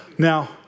Now